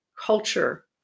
culture